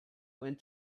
went